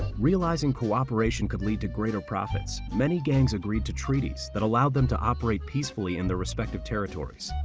realizing cooperation could lead to greater profits, many gangs agreed to treaties that allowed them to operate peacefully in their respective territories.